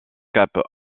cape